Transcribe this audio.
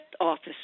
office